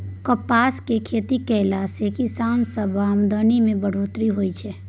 कपासक खेती कएला से किसान सबक आमदनी में बढ़ोत्तरी होएत छै